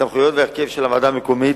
הסמכויות וההרכב של הוועדה המקומית,